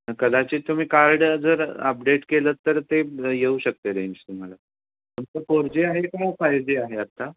कदाचित तुम्ही कार्ड जर अपडेट केलं तर ते येऊ शकते रेंज तुम्हाला तुमचं फोर जी आहे का फाय जी आहे आत्ता